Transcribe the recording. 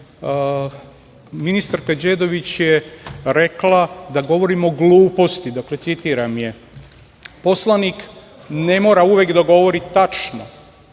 ministarka Đedović je rekla da govorimo „gluposti“, citiram je. Poslanik ne mora uvek da govori tačno.